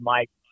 Mike